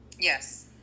Yes